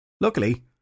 Luckily